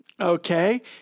Okay